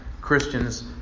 Christians